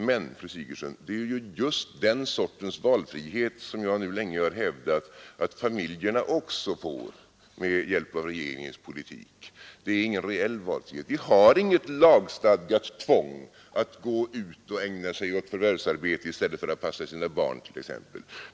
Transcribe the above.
Men, fru Sigurdsen, det är just den sortens valfrihet som jag länge har hävdat att familjerna får med hjälp av regeringens politik. Det är ingen reell valfrihet. Det finns inget lagstadgat tvång att människor skall förvärvsarbeta i stället för att passa sina barn.